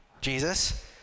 Jesus